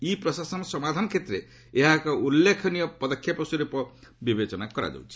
ଇ ପ୍ରଶାସନ ସମାଧାନ କ୍ଷେତ୍ରରେ ଏହା ଏକ ଉଲ୍ଲେଖନୀୟ ପଦକ୍ଷେପ ରୂପେ ବିବେଚନା କରାଯାଉଛି